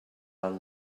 are